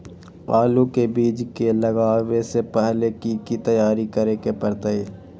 आलू के बीज के लगाबे से पहिले की की तैयारी करे के परतई?